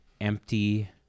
empty